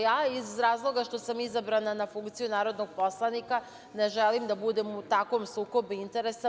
Ja iz razloga što sam izabrana na funkciju narodnog poslanika ne želim da budem u takvom sukobu interesa.